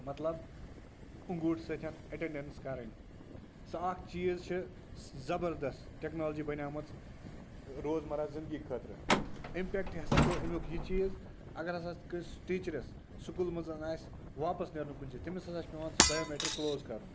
مطلب انگوٗٹھٕ سۭتٮ۪ن ایٹٮ۪نڈٮ۪نٕس کَرٕنۍ سۄ اَکھ چیٖز چھِ زَبردَس ٹٮ۪کنالجی بَنیمٕژ روزمَرٕ زِنٛدگی خٲطرٕ اِمپیکٹہٕ ہَسا پٮ۪وو اَمیُک یہِ چیٖز اگر ہَسا کٲنٛسہِ ٹیٖچرس سکوٗل منٛز آسہِ واپَس نیرُن کُنہِ جایہِ تٔمِس ہَسا چھُ پٮ۪وان سُہ بَیومیٹرِک کُلوز کَرُن